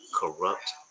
corrupt